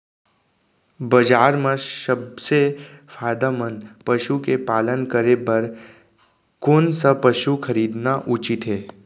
बजार म सबसे फायदामंद पसु के पालन करे बर कोन स पसु खरीदना उचित हे?